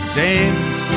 dames